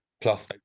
plus